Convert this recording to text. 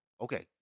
Okay